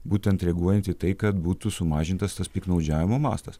būtent reaguojant į tai kad būtų sumažintas tas piktnaudžiavimo mastas